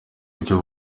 buryo